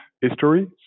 history